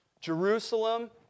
Jerusalem